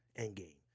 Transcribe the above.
Endgame